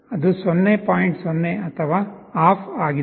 0 ಅಥವಾ ಆಫ್ ಆಗಿದೆ